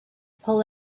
pull